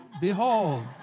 Behold